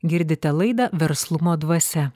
girdite laidą verslumo dvasia